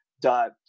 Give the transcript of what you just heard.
dot